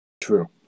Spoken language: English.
True